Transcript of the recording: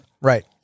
Right